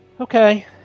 Okay